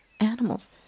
animals